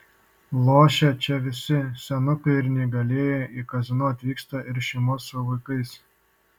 lošia čia visi senukai ir neįgalieji į kazino atvyksta ir šeimos su vaikais